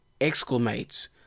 exclamates